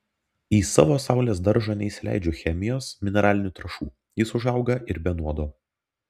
į savo saulės daržą neįsileidžiu chemijos mineralinių trąšų jis užauga ir be nuodo